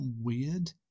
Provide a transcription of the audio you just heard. weird